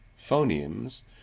phonemes